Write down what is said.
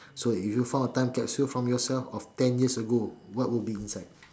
so if you found a time capsule from yourself of ten years ago what will be inside